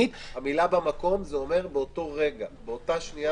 המילה "במקום" זה אומר באותו רגע, באותה שנייה